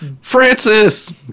Francis